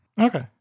Okay